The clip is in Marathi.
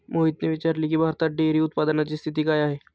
मोहितने विचारले की, भारतात डेअरी उत्पादनाची स्थिती काय आहे?